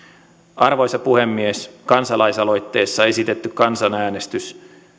arvoisa puhemies kansalaisaloitteessa esitetty kansanäänestys